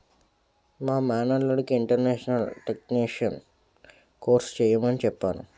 మా మేనల్లుడికి international taxation course చెయ్యమని చెప్పాను